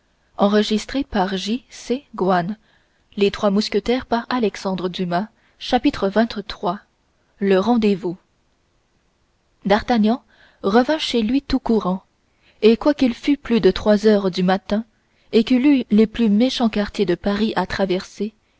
xxiii le rendez-vous d'artagnan revint chez lui tout courant et quoiqu'il fût plus de trois heures du matin et qu'il eût les plus méchants quartiers de paris à traverser